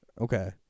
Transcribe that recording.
Okay